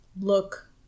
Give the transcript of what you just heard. look